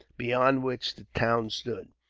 beyond which the town stood.